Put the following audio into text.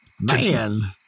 Man